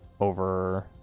over